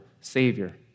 savior